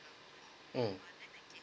um